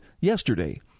yesterday